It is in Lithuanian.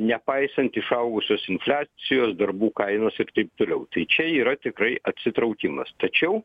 nepaisant išaugusios infliacijos darbų kainos ir taip toliau tai čia yra tikrai atsitraukimas tačiau